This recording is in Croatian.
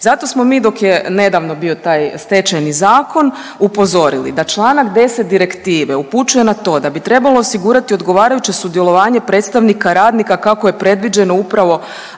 Zato smo mi dok je nedavno bio taj Stečajni zakon upozorili da čl. 10. direktive upućuje na to da bi trebalo osigurati odgovarajuće sudjelovanje predstavnika radnika kako je predviđeno upravo